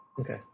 okay